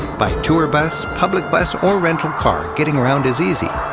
by tour bus, public bus, or rental car, getting around is easy.